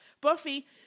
Buffy